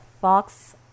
Fox